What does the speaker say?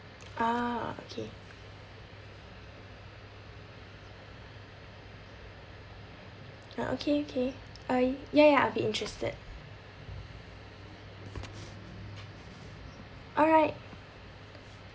ah okay ah okay okay I ya ya I'll be interested alright